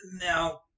now